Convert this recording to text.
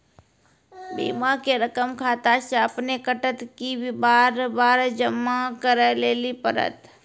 बीमा के रकम खाता से अपने कटत कि बार बार जमा करे लेली पड़त?